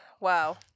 Wow